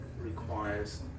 requires